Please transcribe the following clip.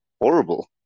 horrible